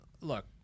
look